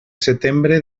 setembre